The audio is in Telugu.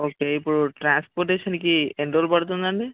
ఓకే ఇప్పుడు ట్రాన్స్పోర్టేషన్కి ఎన్ని రోజులు పడుతుంది అండి